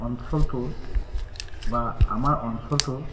অঞ্চলটোৰ বা আমাৰ অঞ্চলটোৰ